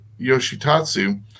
Yoshitatsu